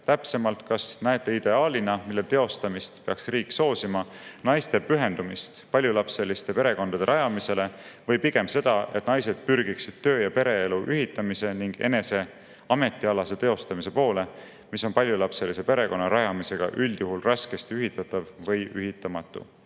Täpsemalt, kas näete ideaalina, mille teostumist peaks riik soosima, naiste pühendumist paljulapseliste perekondade rajamisele või pigem seda, et naised pürgiksid töö‑ ja pereelu ühitamise ning enese ametialase teostamise poole, mis on paljulapselise perekonna rajamisega üldjuhul raskesti ühitatav või ühitamatu?